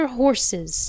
horses